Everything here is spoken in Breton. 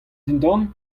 dindan